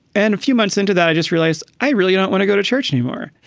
and a few months into that, i just realized i really don't want to go to church anymore.